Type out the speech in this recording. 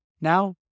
Now